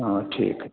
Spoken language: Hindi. हाँ ठीक